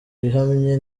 ihamye